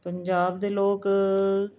ਪੰਜਾਬ ਦੇ ਲੋਕ